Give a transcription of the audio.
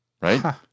right